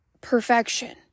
perfection